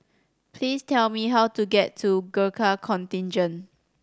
please tell me how to get to Gurkha Contingent